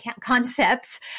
concepts